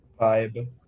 Vibe